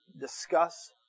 discuss